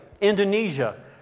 Indonesia